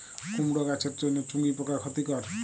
কুমড়ো গাছের জন্য চুঙ্গি পোকা ক্ষতিকর?